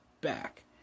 back